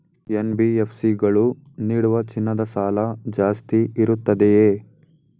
NBFC ಗಳು ನೀಡುವ ಚಿನ್ನದ ಸಾಲ ಜಾಸ್ತಿ ಇರುತ್ತದೆಯೇ?